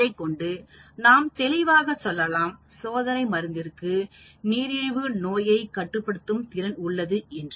இதைக்கொண்டு நாம் தெளிவாக சொல்லலாம் சோதனை மருந்திற்கு நீரிழிவு நோயை கட்டுப்படுத்தும் திறன் உள்ளது என்று